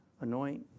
anoint